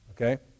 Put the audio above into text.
okay